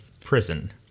prison